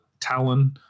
talon